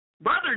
Brother